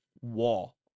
wall